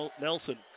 Nelson